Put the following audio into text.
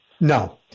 No